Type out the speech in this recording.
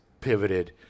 pivoted